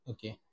Okay